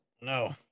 no